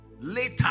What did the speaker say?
Later